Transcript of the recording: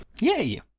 Yay